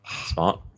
Smart